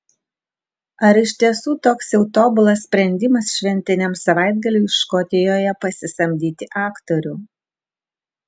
ar iš tiesų toks jau tobulas sprendimas šventiniam savaitgaliui škotijoje pasisamdyti aktorių